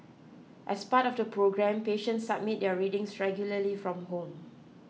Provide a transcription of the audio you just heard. as part of the programme patients submit their readings regularly from home